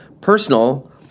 personal